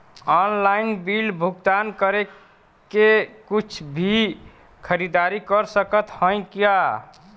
Online bill भुगतान करके कुछ भी खरीदारी कर सकत हई का?